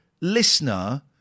listener